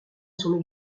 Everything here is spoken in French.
son